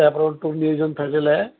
त्यापण टुर नियोजन ठरलेलं आहे